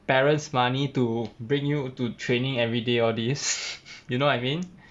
parents money to bring you to training every day all these you know what I mean